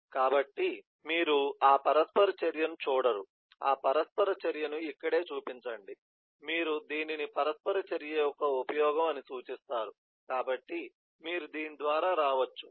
కాబట్టి మీరు ఆ పరస్పర చర్యను చూడరు ఆ పరస్పర చర్యను ఇక్కడ చూపించండి మీరు దీనిని పరస్పర చర్య యొక్క ఉపయోగం అని సూచిస్తారు కాబట్టి మీరు దీని ద్వారా రావచ్చు